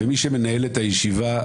אני מנהל את הישיבה,